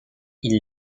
ils